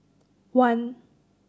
one